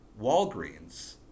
Walgreens